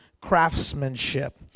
craftsmanship